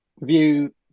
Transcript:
view